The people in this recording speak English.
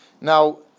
Now